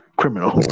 criminal